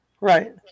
right